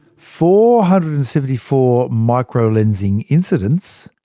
four hundred and seventy four microlensing incidents,